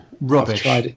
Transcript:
Rubbish